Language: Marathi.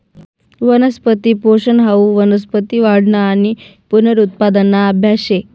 वनस्पती पोषन हाऊ वनस्पती वाढना आणि पुनरुत्पादना आभ्यास शे